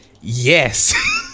Yes